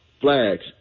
flags